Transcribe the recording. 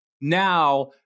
Now –